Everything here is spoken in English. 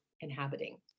inhabiting